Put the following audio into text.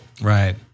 Right